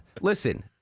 Listen